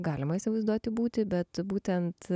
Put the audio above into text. galima įsivaizduoti būti bet būtent